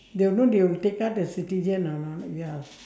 they will know they will take out the citizen or not ya